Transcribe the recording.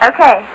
Okay